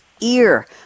ear